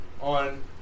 on